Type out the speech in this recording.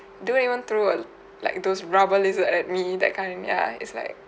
don't even throw a like those rubber lizard at me that kind of ya it's like